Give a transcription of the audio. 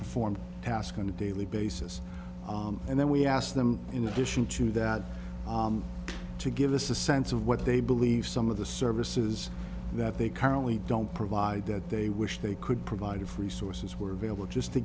a task on a daily basis and then we ask them in addition to that to give us a sense of what they believe some of the services that they currently don't provide that they wish they could provide of resources were available just to